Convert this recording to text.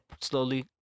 slowly